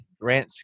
Grant